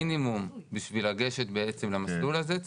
מינימום בשביל לגשת בעצם למסלול הזה,